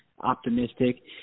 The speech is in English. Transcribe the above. optimistic